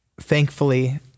thankfully